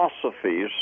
philosophies